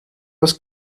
was